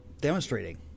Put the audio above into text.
demonstrating